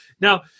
now